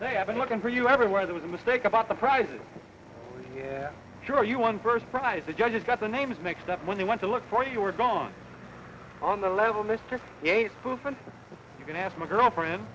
day i've been looking for you everywhere there was a mistake about the price yeah sure you won first prize the judges got the names mixed up when they want to look for you are gone on the level mister you can ask my girlfriend